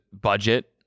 budget